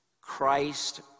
Christ